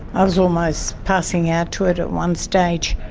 i was almost passing out to it at one stage,